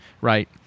right